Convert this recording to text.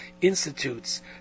institutes